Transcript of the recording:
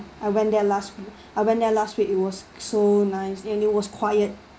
I went there last week I went there last week it was so nice and it was quiet